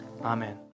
Amen